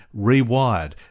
rewired